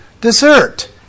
dessert